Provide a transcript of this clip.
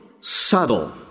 subtle